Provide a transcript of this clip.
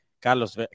Carlos